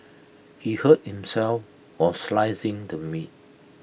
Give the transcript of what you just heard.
he hurt himself while slicing the meat